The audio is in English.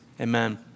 Amen